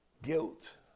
Guilt